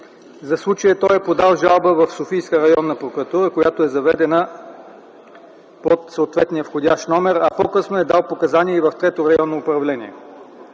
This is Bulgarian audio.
За случая той е подал жалба в Софийска районна прокуратура, която е заведена под съответния входящ номер, а по-късно е дал показания и в Трето районно управление.